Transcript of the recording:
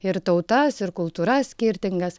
ir tautas ir kultūras skirtingas